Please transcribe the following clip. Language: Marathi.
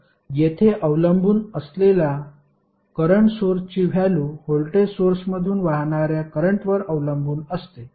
तर येथे अवलंबून असलेला करंट सोर्सची व्हॅल्यु व्होल्टेज सोर्समधून वाहणार्या करंटवर अवलंबून असते